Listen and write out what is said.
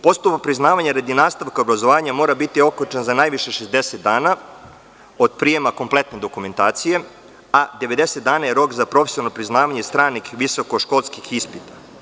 Postupak priznavanja radi nastavka obrazovanja mora biti okončan za najviše 60 dana od prijema kompletne dokumentacije, a 90 dana je rok za profesionalno priznavanje stranih visokoškolskih ispita.